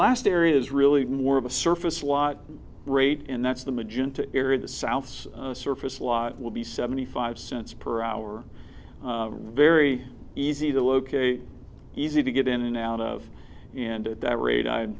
last area is really more of a surface lot great and that's the magenta area the south's surface lot will be seventy five cents per hour very easy to locate easy to get in and out of and at that rate i